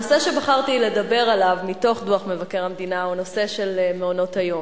הנושא שבחרתי לדבר עליו מתוך דוח מבקר המדינה הוא הנושא של מעונות-היום.